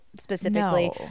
specifically